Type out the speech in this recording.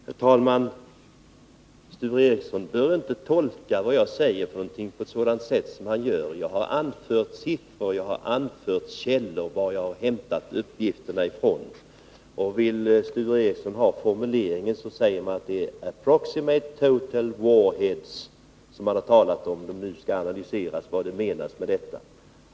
Herr talman! Sture Ericson behöver inte på något sätt tolka vad jag säger. Jag har anfört siffror och jag har angivit från vilka källor jag har hämtat uppgifterna. Vill Sture Ericson ha formuleringen så är det approximated total warheads som man har talat om, och nu skall det analyseras vad som menas med detta.